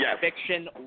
fiction